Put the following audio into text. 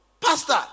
pastor